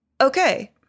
Okay